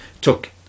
Took